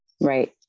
Right